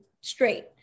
straight